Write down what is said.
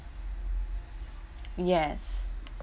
yes